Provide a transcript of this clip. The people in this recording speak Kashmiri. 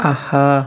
آہا